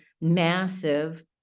massive